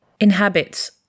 inhabit